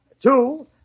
two